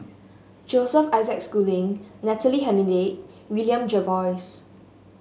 Joseph Isaac Schooling Natalie Hennedige William Jervois